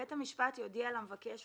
ורשאי בית המשפט לחזור